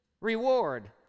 reward